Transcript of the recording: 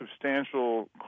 substantial